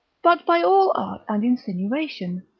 but by all art and insinuation,